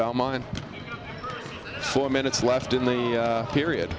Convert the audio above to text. belmont four minutes left in the period